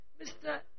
Mr